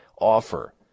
offer